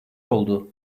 oldu